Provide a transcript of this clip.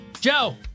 joe